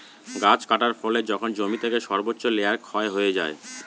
গাছ কাটার ফলে যখন জমি থেকে সর্বোচ্চ লেয়ার ক্ষয় হয়ে যায়